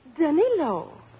Danilo